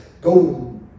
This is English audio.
go